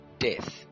Death